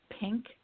pink